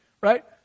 Right